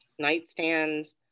nightstands